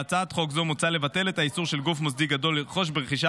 בהצעת חוק זו מוצע לבטל את האיסור על גוף מוסדי גדול לרכוש ברכישה